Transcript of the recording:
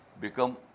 become